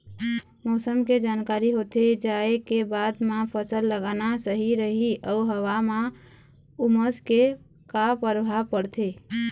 मौसम के जानकारी होथे जाए के बाद मा फसल लगाना सही रही अऊ हवा मा उमस के का परभाव पड़थे?